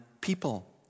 people